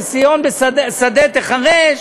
של ציון שדה תיחרש,